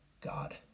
God